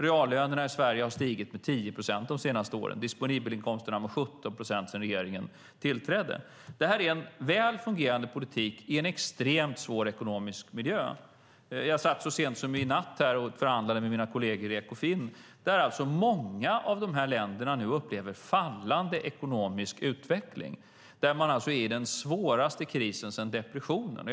Reallönerna i Sverige har stigit med 10 procent de senaste åren och disponibelinkomsterna med 17 procent sedan regeringen tillträdde. Vi har en väl fungerande politik i en extremt svår ekonomisk miljö. Jag satt så sent som i natt och förhandlade med mina kolleger i Ekofin. Många av de länderna upplever fallande ekonomisk utveckling och är i den svåraste krisen sedan depressionen.